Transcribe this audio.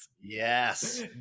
Yes